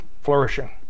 flourishing